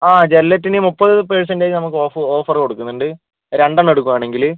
അതെ ജില്ലെറ്റിന് മുപ്പത് പെർസെൻറ്റേജ് നമുക്ക് ഓഫറ് കൊടുക്കുന്നുണ്ട് രണ്ടെണ്ണം എടുക്കുവാണെങ്കില്